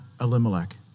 Elimelech